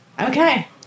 Okay